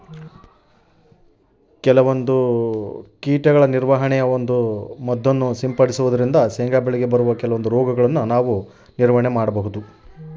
ಶೇಂಗಾ ಬೆಳೆಗೆ ಬರುವ ಕೆಲವೊಂದು ರೋಗಗಳನ್ನು ಯಾವ ರೇತಿ ನಿರ್ವಹಣೆ ಮಾಡಬೇಕ್ರಿ?